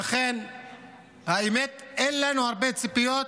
האמת היא שאין לנו הרבה ציפיות